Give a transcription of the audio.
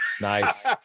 Nice